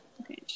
Okay